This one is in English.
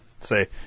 say